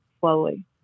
slowly